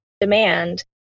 demand